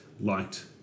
liked